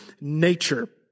nature